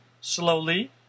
slowly